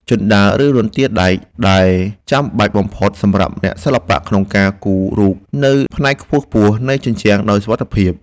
ជណ្ដើរ ឬរន្ទាដែក គឺចាំបាច់បំផុតសម្រាប់អ្នកសិល្បៈក្នុងការគូររូបនៅផ្នែកខ្ពស់ៗនៃជញ្ជាំងដោយសុវត្ថិភាព។